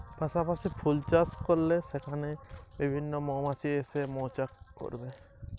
যেহেতু সকলের কাছেই মধু উপকারী সেই ক্ষেত্রে মৌমাছি পালনের সহজ উপায় কি?